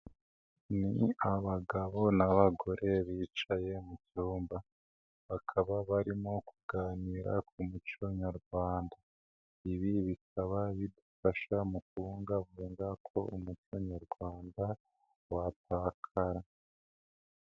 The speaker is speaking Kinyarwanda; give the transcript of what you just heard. Ni abagabo n'abagore, bicaye mu byumba. Bakaba barimo kuganira ku muco nyarwanda. Ibi bikaba bidufasha mu kubungabunga ko umuco nyarwanda watakara.